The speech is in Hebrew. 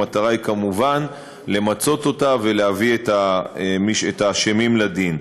המטרה היא כמובן למצות אותה ולהביא את האשמים לדין.